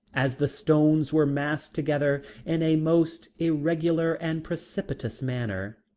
as the stones were massed together in a most irregular and precipitous manner.